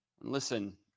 Listen